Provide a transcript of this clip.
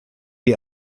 die